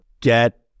get